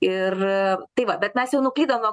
ir tai va bet mes jau nuklydom nuo